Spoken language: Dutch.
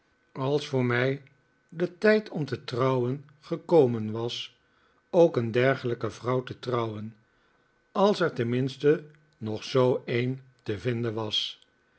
als voor mij de tijd om te trouwen gekomen was ook een dergelijke vrouw te trouwen als er tenminste nog zoo een te vinden was